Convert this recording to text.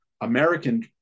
American